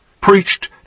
preached